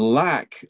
lack